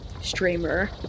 streamer